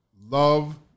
love